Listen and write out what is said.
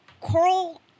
Coral